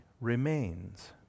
remains